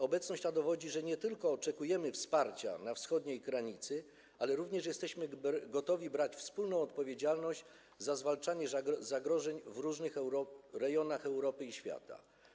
Obecność ta dowodzi, że nie tylko oczekujemy wsparcia na wschodniej granicy, ale również jesteśmy gotowi brać wspólną odpowiedzialność za zwalczanie zagrożeń w różnych rejonach Europy i świata.